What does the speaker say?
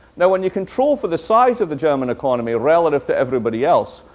now, when you control for the size of the german economy relative to everybody else,